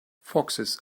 foxes